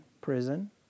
prison